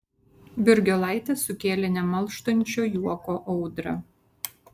birgiolaitės sukėlė nemalštančio juoko audrą